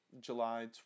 July